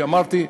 ואמרתי,